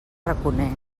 raconer